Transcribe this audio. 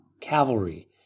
cavalry